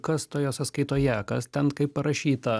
kas toje sąskaitoje kas ten kaip parašyta